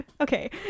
Okay